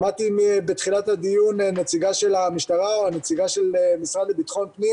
שמעתי בתחילת הדיון את נציגת המשטרה או המשרד לביטחון פנים